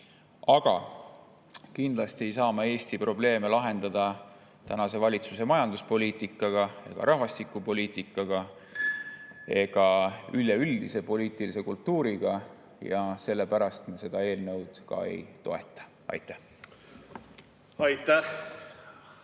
Aga kindlasti ei saa me Eesti probleeme lahendada tänase valitsuse majanduspoliitikaga ega rahvastikupoliitikaga ega üleüldise poliitilise kultuuriga ja sellepärast me seda eelnõu ei toeta. Aitäh!